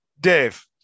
Dave